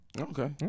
Okay